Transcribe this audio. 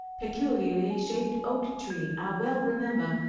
peculiarly shaped oak tree, i well remember,